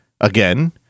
again